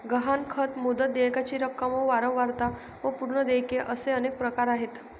गहाणखत, मुदत, देयकाची रक्कम व वारंवारता व पूर्व देयक असे अनेक प्रकार आहेत